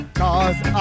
cause